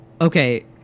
Okay